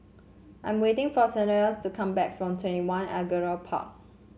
I am waiting for Cletus to come back from TwentyOne Angullia Park